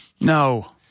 No